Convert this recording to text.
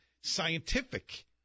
scientific